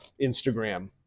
Instagram